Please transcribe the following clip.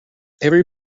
every